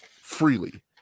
freely